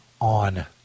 on